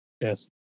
Yes